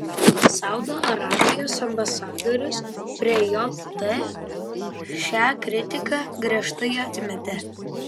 saudo arabijos ambasadorius prie jt šią kritiką griežtai atmetė